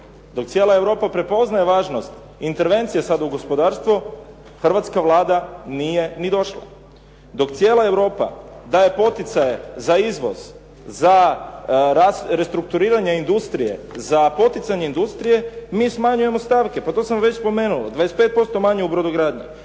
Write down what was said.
Dok cijela Europa prepoznaje važnost intervencije sada u gospodarstvo, Hrvatska vlada nije ni došla. Dok cijela Europa daje poticaje za izvoz, za restrukturiranje industrije, za poticanje industrije, mi smanjujemo stavke. Pa to sam već spomenuo. 25% manje u brodogradnji,